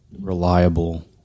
reliable